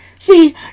See